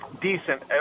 decent